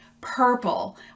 purple